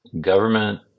government